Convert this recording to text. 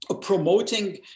promoting